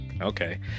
Okay